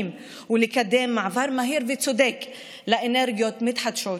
ולקדם מעבר מהיר וצודק לאנרגיות מתחדשות,